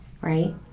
right